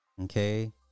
Okay